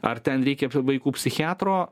ar ten reikia vaikų psichiatro